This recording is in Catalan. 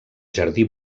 jardí